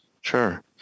Sure